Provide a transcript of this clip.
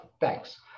Thanks